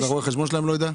רואה החשבון שלהם לא יידע?